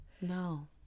No